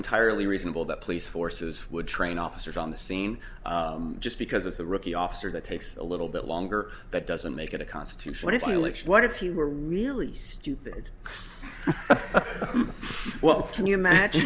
entirely reasonable that police forces would train officers on the scene just because as a rookie officer that takes a little bit longer that doesn't make it a constitutionally finally what if you were really stupid well can you imagine